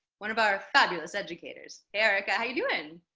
one of our fabulous educators. erika, how're you doing?